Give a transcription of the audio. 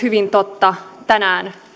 hyvin totta myös tänään